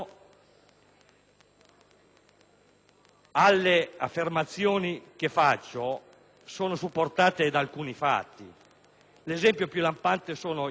e le affermazioni che faccio sono supportate da alcuni fatti. L'esempio più lampante è costituito